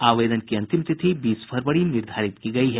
आवेदन की अंतिम तिथि बीस फरवरी निर्धारित की गयी है